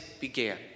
began